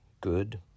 good